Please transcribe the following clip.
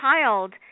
child